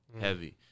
heavy